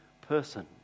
person